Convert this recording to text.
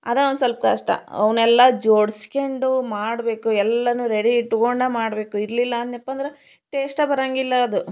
ಅದೇ ಒಂದ್ಸ್ವಲ್ಪ ಕಷ್ಟ ಅವನ್ನೆಲ್ಲ ಜೋಡಿಸ್ಕೊಂಡು ಮಾಡಬೇಕು ಎಲ್ಲಾ ರೆಡಿ ಇಟ್ಕೊಂಡೆ ಮಾಡಬೇಕು ಇರ್ಲಿಲ್ಲಾನ್ನಿಪ್ಪಂದ್ರೆ ಟೇಸ್ಟೇ ಬರೋಂಗಿಲ್ಲ ಅದು